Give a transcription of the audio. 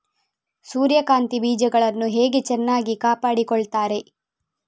ಸೂರ್ಯಕಾಂತಿ ಬೀಜಗಳನ್ನು ಹೇಗೆ ಚೆನ್ನಾಗಿ ಕಾಪಾಡಿಕೊಳ್ತಾರೆ?